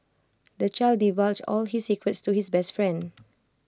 the child divulged all his secrets to his best friend